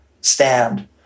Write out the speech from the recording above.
stand